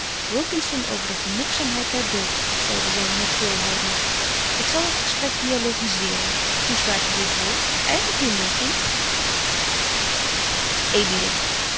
wilkinson over de genoegzaamheid der deugd zeide zy met veel houding ik zal het gesprek dialogiseeren hoe smaakt u dit woord eige vinding kind